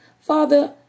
Father